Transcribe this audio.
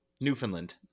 Newfoundland